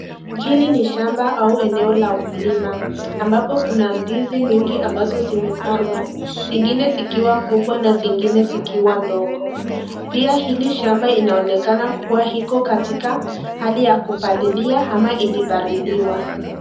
Hili ni shamba au eneo la ukulima. Ambapo kuna ndizi mingi ambazo zimepandwa. Zingine zikiwa kubwa na zingine zikiwa ndogo. Pia hili shamba inaonekana kuwa iko katika hali ya kupalilia ama ilipaliliwa.